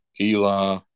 Eli